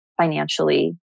financially